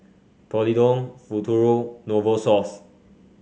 Polident Futuro Novosource